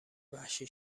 وحشی